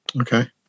Okay